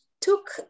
took